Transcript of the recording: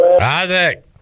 Isaac